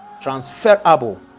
Transferable